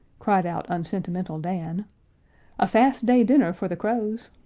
cried out unsentimental dan a fast-day dinner for the crows!